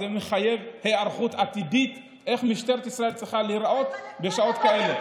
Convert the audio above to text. אבל זה מחייב היערכות עתידית איך משטרת ישראל צריכה להיראות בשעות כאלה.